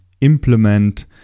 implement